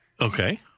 Okay